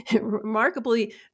remarkably